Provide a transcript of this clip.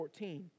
14